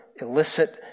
illicit